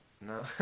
No